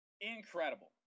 Incredible